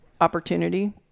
opportunity